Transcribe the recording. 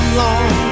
long